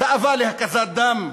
תאווה להקזת דם.